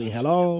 Hello